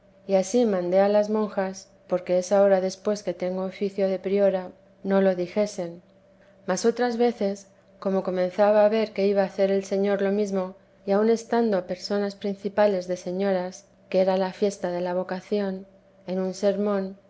y ansí mandé a las monjas porque es ahora después que tengo oficio de priora no lo dijesen mas otras veces como comenzaba a ver que iba a hacer el señor lo mesmo y aun estando personas principales de señoras que era la fiesta de la vocación en un sermón